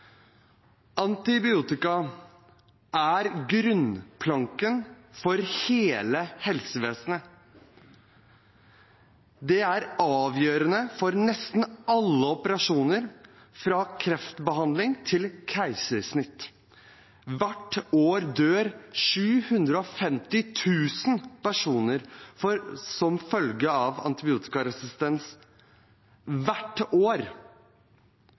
Antibiotika er grunnplanken for hele helsevesenet. Det er avgjørende for nesten alle operasjoner, fra kreftbehandling til keisersnitt. Hvert år dør 750 000 personer som følge av antibiotikaresistens – hvert år!